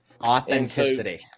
Authenticity